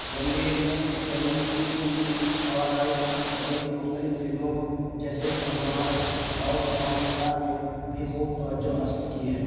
رنویر سنگھ رنویر سنگھ کی توانائی اور ان کی مختلف فلموں جیسے پدماوت اور رام لیلا نے بھی خوب توجہ حاصل کی ہے